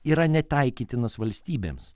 yra netaikytinas valstybėms